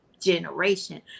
generation